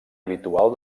habitual